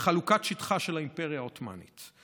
בחלוקת שטחה של האימפריה העות'מאנית,